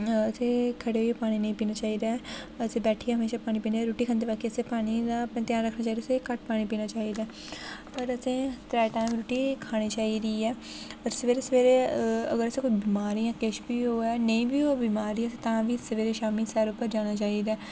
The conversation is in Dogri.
ते खड़े होइये पानी नेईं पीना चाहि्दा ऐ असें बैठियै म्हेशा पानी पीना चाहि्दा रुट्टी खंदे मौके ई असें पानी दा अपना ध्यान रखना चाहि्दा तुसें घट्ट पानी पीना चाहि्दा ऐ पर असें त्रैऽ टैम रुट्टी खानी चाहि्दी ऐ सबैह्रे सबैह्रे अगर असें कोई बीमार जां किश बी होऐ नेईं बी होऐ बीमार ते असें तां बी सबैह्रे शामीं सैर उप्पर जाना चाहि्दा ऐ